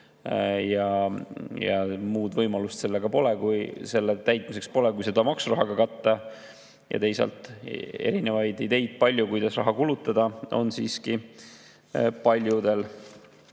ja muud võimalust selle täitmiseks pole kui seda maksurahaga katta. Teisalt, erinevaid ideid, kui palju ja kuidas raha kulutada, on siiski paljudel. Teine